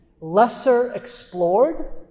lesser-explored